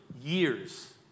years